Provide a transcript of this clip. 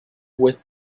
with